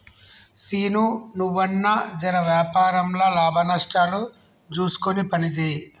సీనూ, నువ్వన్నా జెర వ్యాపారంల లాభనష్టాలు జూస్కొని పనిజేయి